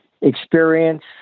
experience